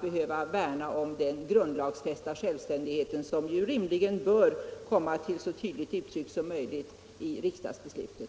behöva värna om den grundlagsfästa självständighet som rimligen bör komma till ett så tydligt uttryck som möjligt i riksdagsbeslutet.